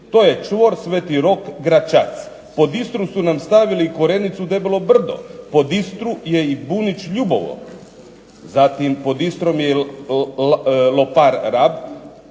To je čvor Sv.Rok-Gračac, pod Istru su nam stavili Korenicu-Debelo brdo, pod Istru je i Bunić-Ljubovo, pod Istrom je LOpar-Rab,